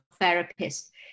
therapist